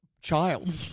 child